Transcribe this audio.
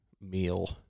meal